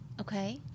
Okay